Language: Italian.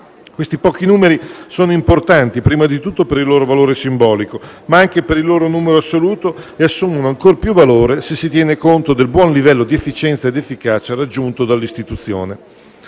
Questi pochi numeri sono importanti prima di tutto per il loro valore simbolico, ma anche per il loro numero assoluto, e assumono ancor più valore se si tiene conto del buon livello di efficienza ed efficacia raggiunto dall'Istituzione.